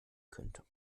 könnte